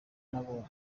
nabonye